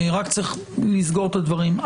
רק צריך לסגור את הדברים.